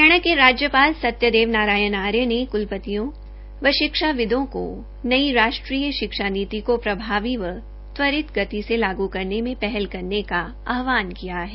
हरियाणा के राज्यपाल सत्यदेव नारायण आर्य ने कुलपतियों व शिक्षाविदों का नई राष्ट्रीय शिक्षा नीति को प्रभावी व त्वरित गति से लागू करने में पहल करने का आहवान किया है